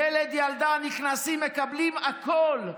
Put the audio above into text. ילד, ילדה, נכנסים ומקבלים הכול.